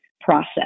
process